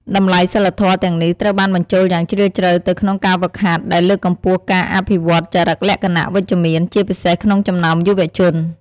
តម្លៃសីលធម៌ទាំងនេះត្រូវបានបញ្ចូលយ៉ាងជ្រាលជ្រៅទៅក្នុងការហ្វឹកហាត់ ដែលលើកកម្ពស់ការអភិវឌ្ឍន៍ចរិតលក្ខណៈវិជ្ជមាន ជាពិសេសក្នុងចំណោមយុវជន។